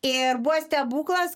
ir buvo stebuklas